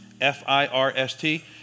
F-I-R-S-T